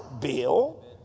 bill